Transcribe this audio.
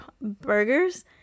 burgers